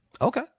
okay